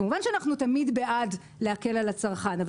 כמובן שאנחנו תמיד בעד להקל על הצרכן אבל